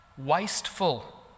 Wasteful